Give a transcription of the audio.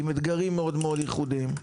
עם אתגרים מאוד-מאוד ייחודיים.